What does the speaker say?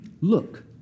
Look